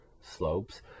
slopes